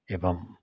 एवम्